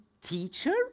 teacher